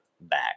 back